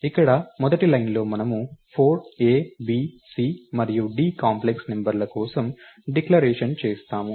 ఇక్కడ మొదటి లైన్ లో మనము 4 a b c మరియు d కాంప్లెక్స్ నంబర్ల కోసం డిక్లరేషన్ చేస్తాము